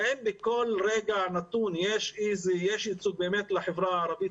האם בכל רגע נתון יש במשרד החינוך ייצוג לחברה הערבית?